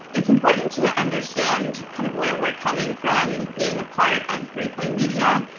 it's important to understand kind of where we're coming from being a part of three play media.